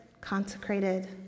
consecrated